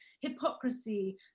hypocrisy